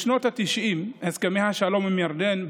בשנות התשעים הסכמי השלום עם ירדן,